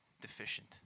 deficient